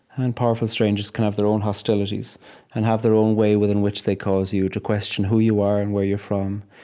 and powerful strangers can have their own hostilities and have their own way within which they cause you to question who you are and where you're from.